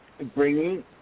bringing